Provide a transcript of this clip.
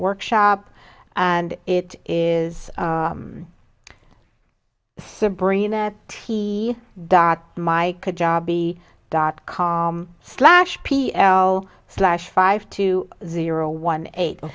workshop and it is sabrina t dot my job e dot com slash p l slash five two zero one eight